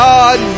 God